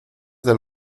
del